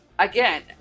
Again